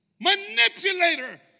manipulator